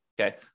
okay